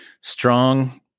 strong